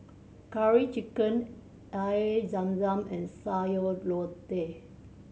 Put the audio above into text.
Curry Chicken Air Zam Zam and Sayur Lodeh